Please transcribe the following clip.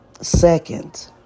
Second